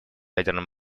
ядерным